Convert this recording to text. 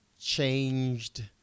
changed